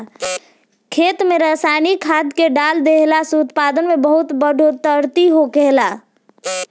खेत में रसायनिक खाद्य के डाल देहला से उत्पादन में बहुत बढ़ोतरी होखेला